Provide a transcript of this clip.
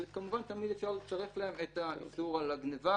וכמובן תמיד אפשר לצרף להם את האיסור על הגניבה,